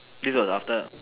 this was after